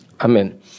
Amen